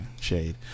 shade